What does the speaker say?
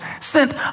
sent